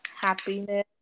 happiness